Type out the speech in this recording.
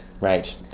Right